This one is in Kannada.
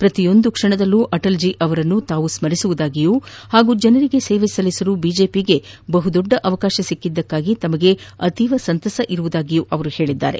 ಪ್ರತಿಯೊಂದು ಕ್ಷಣದಲ್ಲಿಯೂ ಅಟಲ್ ಜೀ ಅವರನ್ನು ತಾವು ಸ್ಮರಿಸುವುದಾಗಿಯೂ ಹಾಗೂ ಜನರಿಗೆ ಸೇವೆ ಸಲ್ಲಿಸಲು ಬಿಜೆಪಿಗೆ ಬಹುದೊಡ್ಡ ಅವಕಾಶ ಸಿಕ್ಕಿದ್ದಕ್ಕಾಗಿ ತಮಗೆ ಸಂತಸ ಇರುವುದಾಗಿಯೂ ಅವರು ಹೇಳಿದ್ದಾರೆ